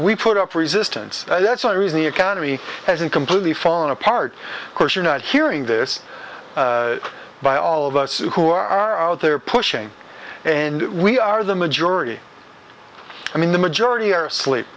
we put up resistance and that's one reason the economy hasn't completely fallen apart of course you're not hearing this by all of us who are out there pushing and we are the majority i mean the majority are asleep